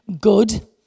good